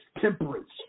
temperance